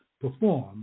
perform